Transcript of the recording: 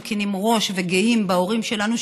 מרכינים ראש וגאים בהורים שלנו,